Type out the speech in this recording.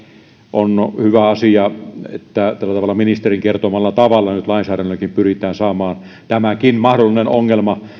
on hyvä asia että tällä tavalla ministerin kertomalla tavalla nyt lainsäädännölläkin pyritään saamaan tämäkin mahdollinen ongelma